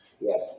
Yes